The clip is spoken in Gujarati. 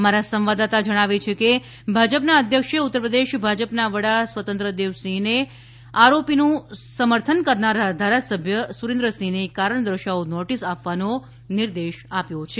અમારા સંવાદદાતા જણાવે છે કે ભાજપના અધ્યક્ષે ઉત્તરપ્રદેશ ભાજપના વડા સ્વતંત્ર દેવસિંહને આરોપીનું સમર્થન કરનાર ધારાસભ્ય સુરેન્દ્રસિંહને કારણદર્શાવો નોટીસ આપવાનો નિર્દેશ આપ્યો છે